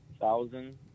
Thousand